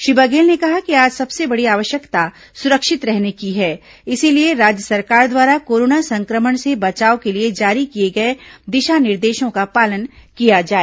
श्री बघेल ने कहा कि आज सबसे बड़ी आवश्यकता सुरक्षित रहने की है इसलिए राज्य सरकार द्वारा कोरोना संक्रमण से बचाव के लिए जारी किए गए दिशा निर्देशों का पालन किया जाए